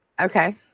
Okay